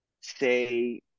say